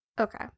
okay